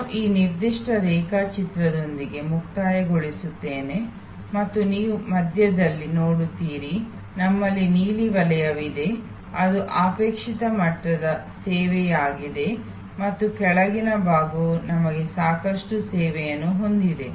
ನಾನು ಈ ನಿರ್ದಿಷ್ಟ ರೇಖಾಚಿತ್ರದೊಂದಿಗೆ ಮುಕ್ತಾಯಗೊಳಿಸುತ್ತೇನೆ ಮತ್ತು ನೀವು ಮಧ್ಯದಲ್ಲಿ ನೋಡುತ್ತೀರಿ ನಮ್ಮಲ್ಲಿ ನೀಲಿ ವಲಯವಿದೆ ಅದು ಅಪೇಕ್ಷಿತ ಮಟ್ಟದ ಸೇವೆಯಾಗಿದೆ ಮತ್ತು ಕೆಳಗಿನ ಭಾಗವು ನಮಗೆ ಸಾಕಷ್ಟು ಸೇವೆಯನ್ನು ಹೊಂದಿದೆ